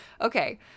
Okay